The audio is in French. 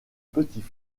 petits